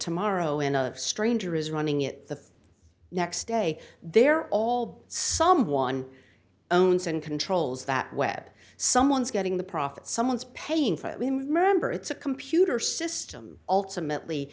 tomorrow in a stranger is running it the next day they're all someone owns and controls that web someone's getting the profit someone's paying for it remember it's a computer system ultimately